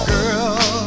Girl